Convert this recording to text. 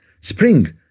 spring